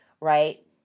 right